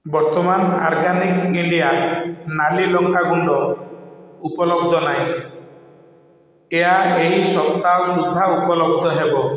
ବର୍ତ୍ତମାନ Organic India ନାଲି ଲଙ୍କା ଗୁଣ୍ଡ ଉପଲବ୍ଧ ନାହିଁ ଏହା ଏହି ସପ୍ତାହ ସୁଦ୍ଧା ଉପଲବ୍ଧ ହେବ